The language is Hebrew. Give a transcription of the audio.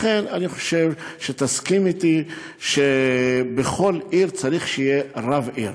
לכן אני חושב שתסכים אתי שבכל עיר צריך שיהיה רב עיר.